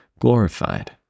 glorified